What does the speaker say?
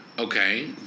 Okay